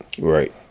Right